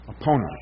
Opponent